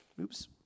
Oops